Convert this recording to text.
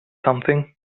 something